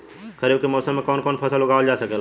खरीफ के मौसम मे कवन कवन फसल उगावल जा सकेला?